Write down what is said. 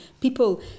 People